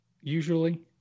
usually